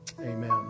Amen